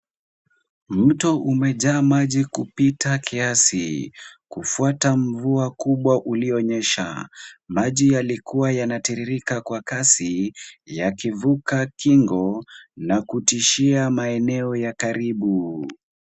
Mto umejaa maji kupita kiasi, kufuatia mvua kubwa ilionyesha. Maji yalikuwa yanatiririka kwa kasi yakivuka kingo na kutishia maeneo ya karibu.